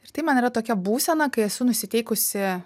ir tai man yra tokia būsena kai esu nusiteikusi